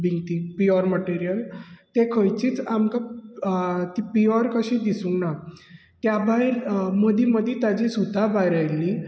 बी ते pure material ते खंयचीच आमकां प्यूअर कशे दिसूंक ना त्या भायर मदीं मदीं ताची सुतां भायर आयिल्ली